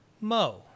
Mo